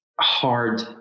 hard